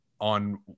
on